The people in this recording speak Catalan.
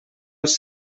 els